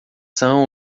são